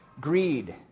greed